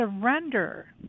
surrender